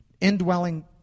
indwelling